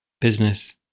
business